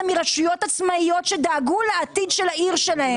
מרשויות עצמאיות שדאגו לעתיד של העיר שלהם.